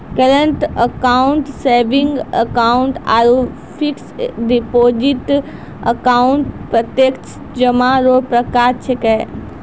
current account saving account आरु fix deposit account प्रत्यक्ष जमा रो प्रकार छिकै